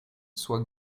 soient